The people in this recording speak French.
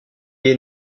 est